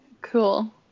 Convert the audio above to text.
cool